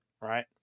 right